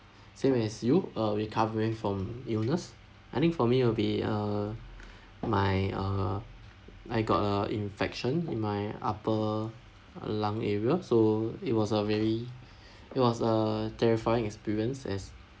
same as you uh recovering from illness I think for me will be uh my uh I got a infection in my upper lung area so it was a very it was a terrifying experience as